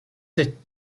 sit